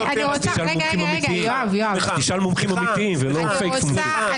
תשאל מומחים אמיתיים ולא פייק מומחים.